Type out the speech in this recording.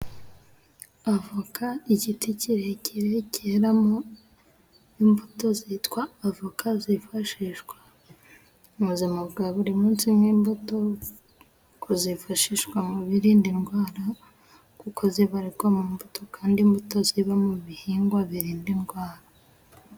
Avoka igiti kirekire cyeramo imbuto zitwa avoka zifashishwa mu buzima bwa buri munsi nk'imbuto, kuzifashishwa mu birinda indwara kuko zibarirwa mu mbuto kandi imbuto ziba mu bihingwa birinda indwara.